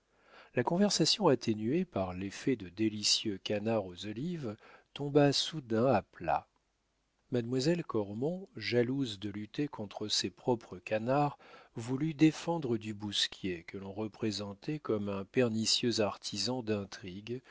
la conversation atténuée par l'effet de délicieux canards aux olives tomba soudain à plat mademoiselle cormon jalouse de lutter contre ses propres canards voulut défendre du bousquier que l'on représentait comme un pernicieux artisan d'intrigues